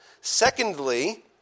Secondly